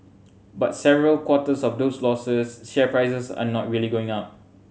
but several quarters of those losses share prices are not really going up